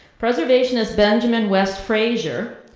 preservationist benjamin west frasier,